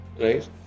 right